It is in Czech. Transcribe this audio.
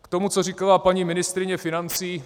K tomu, co říkala paní ministryně financí.